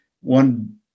one